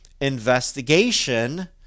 investigation